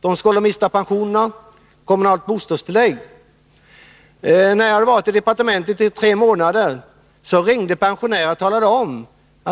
De skulle mista pensionerna och det kommunala bostadstillägget. När jag varit i departementet i tre månader, ringde pensionärer och talade om: